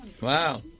Wow